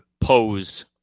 pose